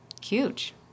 huge